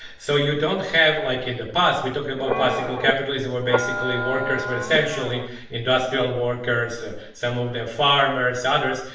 so you don't have like in the past we're talking about classical capitalism, where basically, workers were essentially industrial workers. some some of them farmers, others.